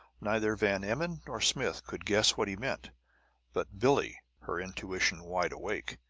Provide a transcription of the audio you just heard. neither van emmon nor smith could guess what he meant but billie, her intuition wide awake,